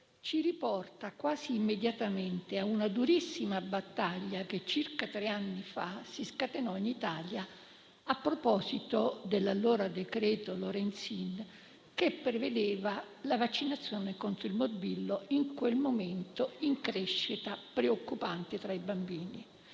ci riporta quasi immediatamente a una durissima battaglia che circa tre anni fa si scatenò in Italia a proposito del cosiddetto decreto Lorenzin, che prevedeva la vaccinazione contro il morbillo, in quel momento in crescita preoccupante tra i bambini.